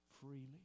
freely